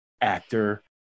actor